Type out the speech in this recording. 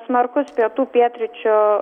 smarkus pietų pietryčių